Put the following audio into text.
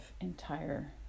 entire